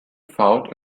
fought